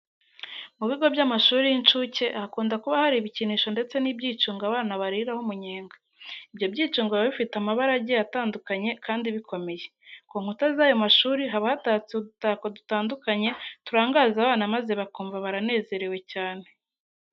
Mu bigo by'amashuri y'inshuke hakunda kuba hari ibikinisho ndetse n'ibyicungo abana bariraho umunyenga. Ibyo byicungo biba bifite amabara agiye atandukanye kandi bikomeye. Ku nkuta z'ayo mashuri haba hatatseho udutako dutandukanye turangaza abana maze bakumva baranezerewe cyane.